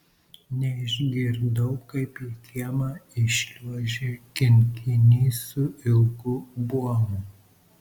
neišgirdau kaip į kiemą įšliuožė kinkinys su ilgu buomu